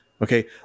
Okay